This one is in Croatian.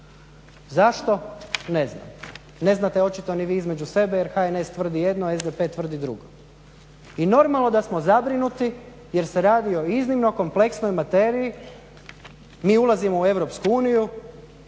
Zašto, ne znam, ne znate očito ni vi između sebe jer HNS tvrdi, SDP tvrdi drugo. I normalno da smo zabrinuti jer se radi o iznimno kompleksnoj materiji. Mi ulazimo u Europsku uniju,